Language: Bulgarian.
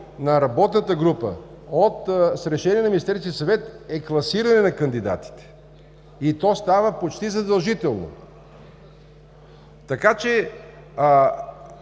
на работната група с решение на Министерския съвет е класиране на кандидатите и то става почти задължително. Така че